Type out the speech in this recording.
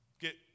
get